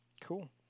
Cool